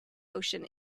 ocean